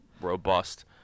robust